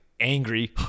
angry